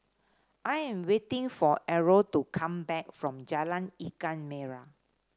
I am waiting for Errol to come back from Jalan Ikan Merah